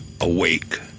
awake